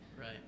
right